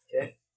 Okay